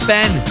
Ben